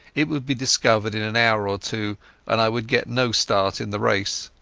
it would be discovered in an hour or two and i would get no start in the race.